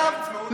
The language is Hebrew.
אגב,